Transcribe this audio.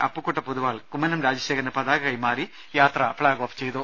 അപ്പുക്കുട്ടപൊതുവാൾ കുമ്മനം രാജശേഖരന് പതാക കൈമാറി യാത്ര ഫ്ളാഗ് ഓഫ് ചെയ്തു